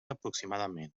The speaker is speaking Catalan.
aproximadament